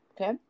okay